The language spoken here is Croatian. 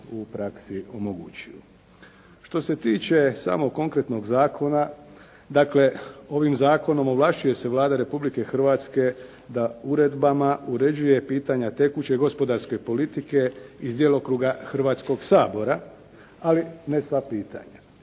u praksi omogućuju. Što se tiče samog konkretnog zakona, dakle ovim zakonom ovlašćuje se Vlada Republike Hrvatske da uredbama uređuje pitanja tekuće gospodarske politike iz djelokruga Hrvatskog sabora, ali ne sva pitanja.